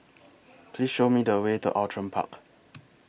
Please Show Me The Way to Outram Park